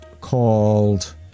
called